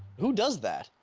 who does that?